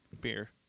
beer